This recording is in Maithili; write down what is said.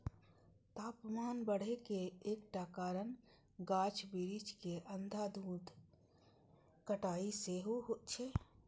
तापमान बढ़े के एकटा कारण गाछ बिरिछ के अंधाधुंध कटाइ सेहो छै